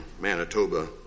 Manitoba